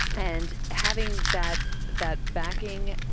and having that that backing,